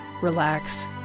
Relax